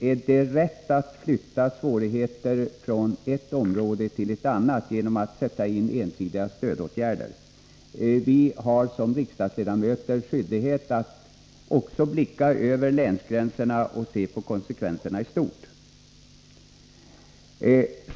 Är det rätt att flytta svårigheter från ett område till ett annat genom att sätta in ensidiga stödåtgärder? Vi har som riksdagsledamöter skyldighet att också blicka över länsgränserna och se på konsekvenserna i stort.